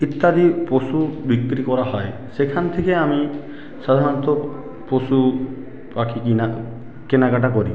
ইত্যাদি পশু বিক্রি করা হয় সেখান থেকে আমি সাধারণত পশু পাখি কিনা কেনাকাটা করি